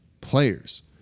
players